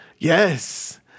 Yes